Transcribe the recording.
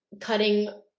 cutting